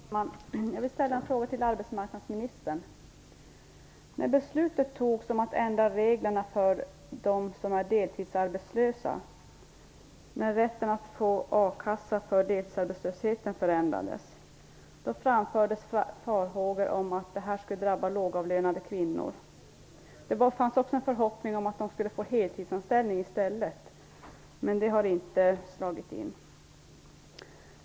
Fru talman! Jag vill ställa en fråga till arbetsmarknadsministern. När beslutet om att ändra reglerna för de deltidsarbetslösa fattades, alltså när rätten till akassa för deltidsarbetslöshet förändrades, framfördes farhågor om att detta skulle drabba lågavlönade kvinnor. Det fanns en förhoppning om att de skulle få heltidsanställning i stället. Denna förhoppning har dock inte slagit in.